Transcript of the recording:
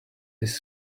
this